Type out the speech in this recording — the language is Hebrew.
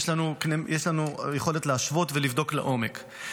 יש לנו יכולת להשוות ולבדוק לעומק.